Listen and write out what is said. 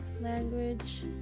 language